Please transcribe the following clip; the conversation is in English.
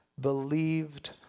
believed